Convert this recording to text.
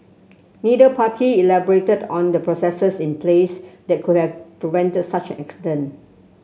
neither party elaborated on the processes in place that could have prevented such an accident